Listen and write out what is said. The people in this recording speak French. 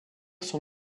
son